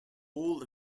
all